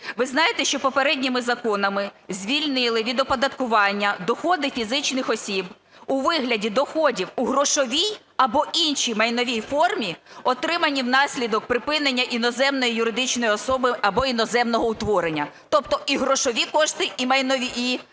Ви знаєте, що попередніми законами звільнили від оподаткування доходи фізичних осіб у вигляді доходів у грошовій або іншій майновій формі, отримані внаслідок припинення іноземної юридичної особи або іноземного утворення. Тобто і грошові кошти, і майнові